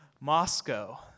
Moscow